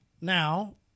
now